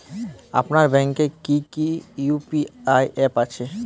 আপনার ব্যাংকের কি কি ইউ.পি.আই অ্যাপ আছে?